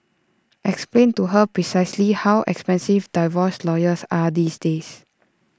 explain to her precisely how expensive divorce lawyers are these days